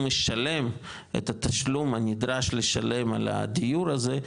משלם את התשלום הנדרש לשלם על הדיור הזה,